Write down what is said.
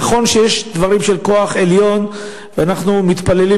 נכון שיש דברים של כוח עליון ואנחנו מתפללים